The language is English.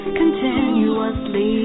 continuously